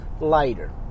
later